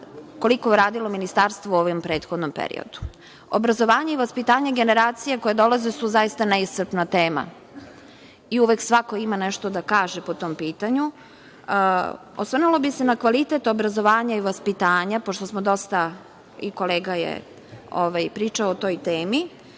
koliko je uradilo Ministarstvo u ovom prethodnom periodu. Obrazovanje i vaspitanje generacije koje dolaze su neiscrpna tema i uvek svako ima nešto da kaže po tom pitanju. Osvrnula bih se na kvalitet obrazovanja i vaspitanja, pošto smo dosta, i kolega je pričao o toj temi,